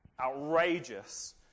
outrageous